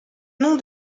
nom